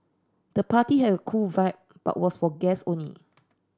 the party had a cool vibe but was for guests only